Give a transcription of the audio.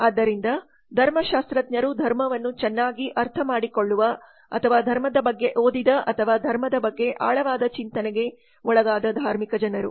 ಆದ್ದರಿಂದ ಧರ್ಮಶಾಸ್ತ್ರಜ್ಞರು ಧರ್ಮವನ್ನು ಚೆನ್ನಾಗಿ ಅರ್ಥಮಾಡಿಕೊಳ್ಳುವ ಅಥವಾ ಧರ್ಮದ ಬಗ್ಗೆ ಓದಿದ ಅಥವಾ ಧರ್ಮದ ಬಗ್ಗೆ ಆಳವಾದ ಚಿಂತನೆಗೆ ಒಳಗಾದ ಧಾರ್ಮಿಕ ಜನರು